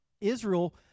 Israel